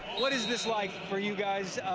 what is this like for you guys,